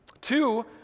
Two